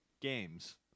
Games